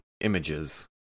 images